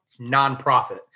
nonprofit